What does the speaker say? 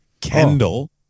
Kendall